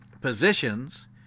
positions